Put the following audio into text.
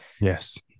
Yes